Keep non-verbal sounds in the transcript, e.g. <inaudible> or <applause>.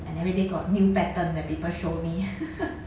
and everyday got new pattern that people show me <laughs>